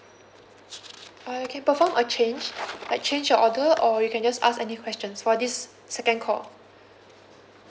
uh can perform a change like change your order or you can just ask any question for this second call